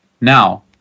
now